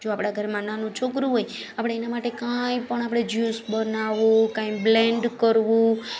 જો આપણા ઘરમાં નાનું છોકરું હોય આપણે એના માટે કાઈપણ આપણે એના માટે જ્યુસ બનાવવું કંઈ બ્લેન્ડ કરવું